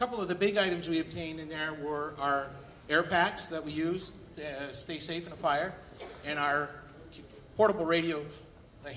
couple of the big items we obtained in there were our air packs that we use to stay safe in a fire in our portable radio the